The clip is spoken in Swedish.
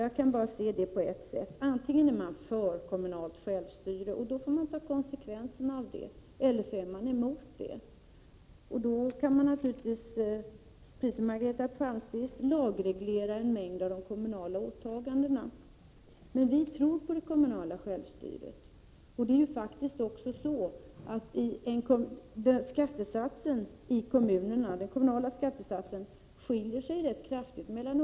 Jag kan bara säga som så: Antingen är man för kommunal självstyrelse, och då får man ta konsekvenserna därav, eller också är man emot kommunal självstyrelse. Då kan man naturligtvis, precis som Margareta Palmqvist vill, lagreglera en mängd kommunala åtaganden. Men vi tror alltså på den kommunala självstyrelsen. Skattesatsen varierar ju rätt mycket från kommun till kommun.